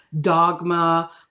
dogma